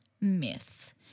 myth